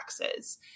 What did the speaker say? taxes